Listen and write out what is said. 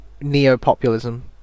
neo-populism